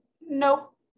Nope